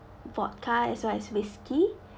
vodka as well as whisky